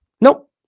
Nope